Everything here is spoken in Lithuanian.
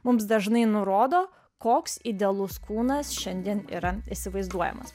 mums dažnai nurodo koks idealus kūnas šiandien yra įsivaizduojamas